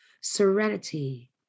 serenity